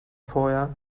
vorher